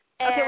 Okay